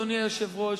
אדוני היושב-ראש,